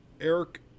Eric